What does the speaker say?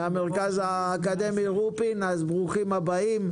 ברוכים הבאים.